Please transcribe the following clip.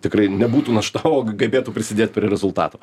tikrai nebūtų našta o gebėtų prisidėt prie rezultato